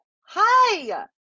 hi